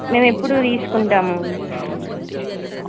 మేము ఎప్పుడు తీసుకుంటాము